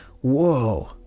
Whoa